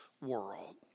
world